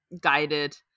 guided